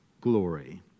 glory